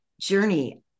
journey